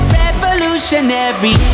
revolutionary